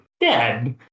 Dead